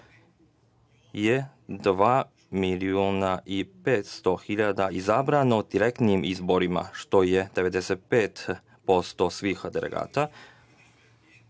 je dva miliona i 500 hiljada izabrano na direktnim izborima, što je 95% svih delegata,